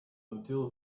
until